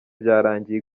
byarangiye